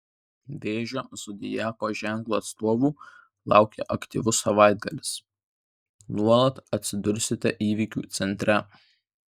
vėžio zodiako ženklo atstovų laukia aktyvus savaitgalis nuolat atsidursite įvykių centre